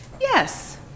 yes